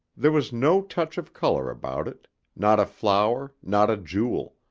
there was no touch of colour about it not a flower, not a jewel.